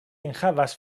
enhavas